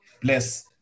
Bless